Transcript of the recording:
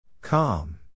Calm